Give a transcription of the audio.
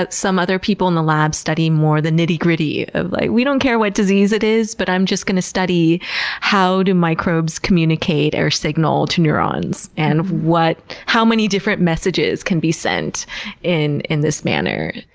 but some other people in the lab study more the nitty gritty of, like, we don't care what disease it is, but i'm just going to study how do microbes communicate or signal to neurons and how many different messages can be sent in in this manner.